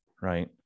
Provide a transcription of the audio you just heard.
right